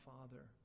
Father